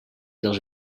dels